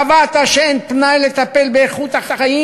קבעת שאין פנאי לטפל באיכות החיים